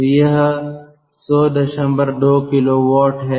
तो यह 1002 किलोवाट है